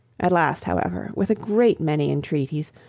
at last, however, with a great many entreaties,